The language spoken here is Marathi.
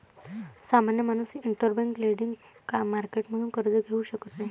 सामान्य माणूस इंटरबैंक लेंडिंग मार्केटतून कर्ज घेऊ शकत नाही